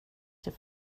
det